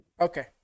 Okay